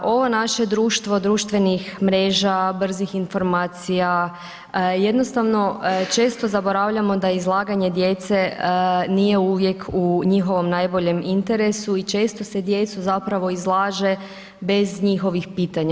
Ovo naše društvo, društvenih mreža, brzih informacija, jednostavno često zaboravljamo da izlaganje djece nije uvijek u njihovom najboljem interesu i često se djecu zapravo izlaže bez njihovih pitanja.